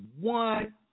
one